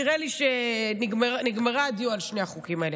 נראה לי שנגמר הדיון על שני החוקים האלה.